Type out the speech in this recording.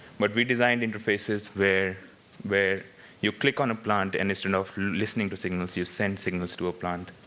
but we designed interfaces where where you click on a plant, and it's to know if you're listening to signals, you send signals to a plant.